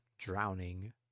drowning